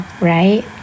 right